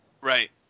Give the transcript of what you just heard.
Right